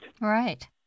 Right